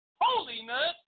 holiness